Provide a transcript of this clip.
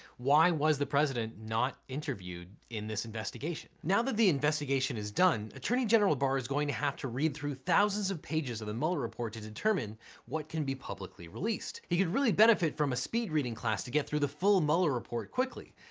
why was the president not interviewed in this investigation? now that the investigation is done, attorney general barr is going to have to read through thousands of pages of the mueller report to determine what can be publicly released. he could really benefit from a speed reading class to get through the full mueller report quickly,